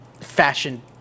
fashion